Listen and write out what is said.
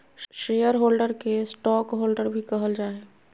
share holder के stockholder भी कहल जा हइ